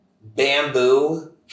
bamboo